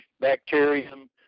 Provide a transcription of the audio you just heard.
bacterium